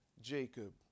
Jacob